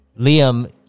Liam